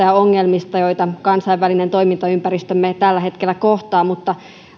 ja ongelmista joita kansainvälinen toimintaympäristömme tällä hetkellä kohtaa mutta